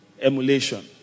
emulation